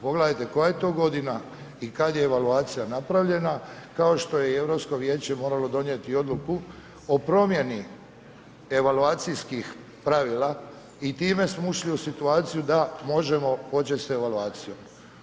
Pogledajte koja je to godina i kad je evaluacija napravljena kao što je i Europsko vijeće moralo donijeti odluku o promjeni evaluacijskih pravila i time smo ušli u situaciju da možemo početi s evaluacijom.